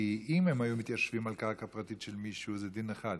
כי אם הם היו מתיישבים על קרקע פרטית של מישהו זה דין אחד,